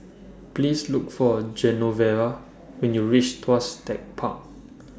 Please Look For Genoveva when YOU REACH Tuas Tech Park